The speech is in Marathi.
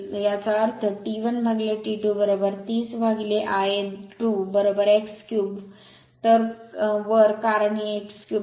याचा अर्थ T 1 upon T 2 30 upon Ia 2 x cube वर कारण हे x क्यूब आहे